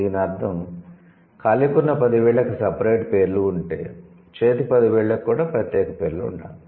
దీనర్ధం కాలికున్న 10 వేళ్ళకు సెపరేట్ పేర్లు ఉంటే చేతి 10 వేళ్ళకు కూడా ప్రత్యేక పేర్లు ఉండాలి